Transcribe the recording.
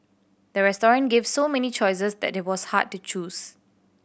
the restaurant gave so many choices that it was hard to choose